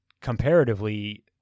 comparatively